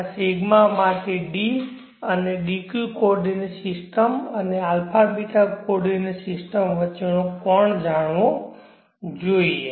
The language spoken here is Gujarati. આ ρ માટે d અને dq કોઓર્ડિનેટ સિસ્ટમ અને α ß કોઓર્ડિનેટ સિસ્ટમ વચ્ચેનો કોણ જાણવો જોઈએ